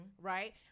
right